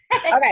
okay